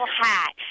hat